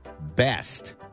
best